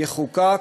יחוקק